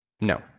no